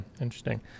interesting